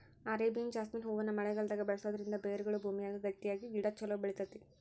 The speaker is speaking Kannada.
ಅರೇಬಿಯನ್ ಜಾಸ್ಮಿನ್ ಹೂವನ್ನ ಮಳೆಗಾಲದಾಗ ಬೆಳಿಸೋದರಿಂದ ಬೇರುಗಳು ಭೂಮಿಯಾಗ ಗಟ್ಟಿಯಾಗಿ ಗಿಡ ಚೊಲೋ ಬೆಳಿತೇತಿ